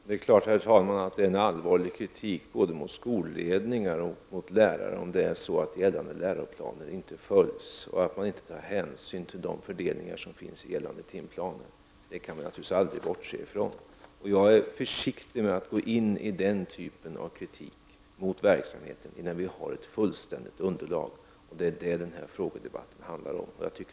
Herr talman! Det är klart att det är en allvarlig kritik både mot skolledningar och lärare om gällande timplaner inte följs och man inte tar hänsyn till fördelningen i gällande timplaner. Det kan vi aldrig bortse från. Jag är försiktig med att gå in i den typen av kritik mot verksamheter innan det finns ett fullständigt underlag, och detta är det den här frågedebatten handlar om.